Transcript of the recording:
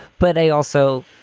but they also,